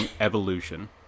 Evolution